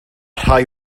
rhai